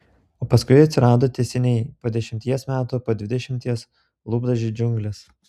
o paskui atsirado tęsiniai po dešimties metų po dvidešimties lūpdažių džiunglės